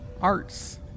arts